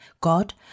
God